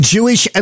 Jewish